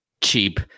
cheap